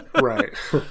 Right